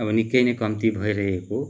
अब निकै नै कम्ती भइरहेको